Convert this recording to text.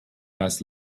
das